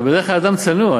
אתה בדרך כלל אדם צנוע,